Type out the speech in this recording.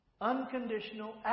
Unconditional